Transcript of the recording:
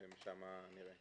ומשם נראה.